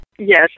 Yes